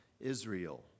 Israel